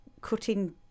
cutting